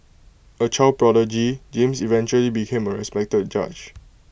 A child prodigy James eventually became A respected judge